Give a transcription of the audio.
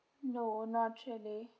no not actually